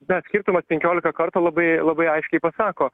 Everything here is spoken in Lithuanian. bet skirtumas penkiolika kartų labai labai aiškiai pasako